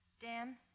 Dan